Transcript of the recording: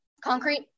Concrete